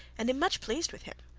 and am much pleased with him.